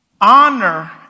Honor